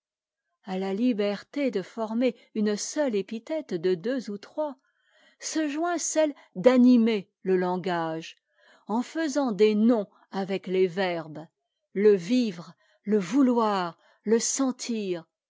a la liberté de former une seule épithète de deux ou trois se joint celle d'animer le langage en faisant des noms avec les verbes le vivre le vouloir le sentir